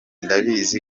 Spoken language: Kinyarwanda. ndabizi